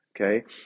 Okay